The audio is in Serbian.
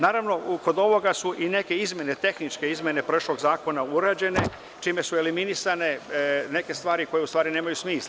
Naravno, kod ovoga su i neke tehničke izmene prošlog zakona urađene, čime su eliminisane neke stvari koje ustvari nemaju smisla.